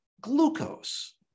glucose